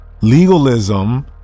Legalism